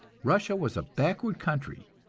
russia was a backward country,